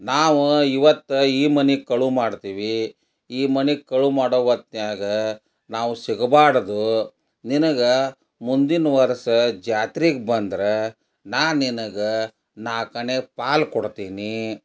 ನಾವು ಇವತ್ತು ಈ ಮನೆ ಕಳುವು ಮಾಡ್ತೀವಿ ಈ ಮನೆ ಕಳುವು ಮಾಡೋ ಹೊತ್ತಿನಾಗ ನಾವು ಸಿಗಬಾರದು ನಿನಗೆ ಮುಂದಿನ ವರ್ಷ ಜಾತ್ರಿಗೆ ಬಂದ್ರೆ ನಾ ನಿನಗೆ ನಾಲ್ಕಾಣೆ ಪಾಲು ಕೊಡ್ತೀನಿ